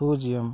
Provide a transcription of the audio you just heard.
பூஜ்ஜியம்